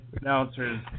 announcers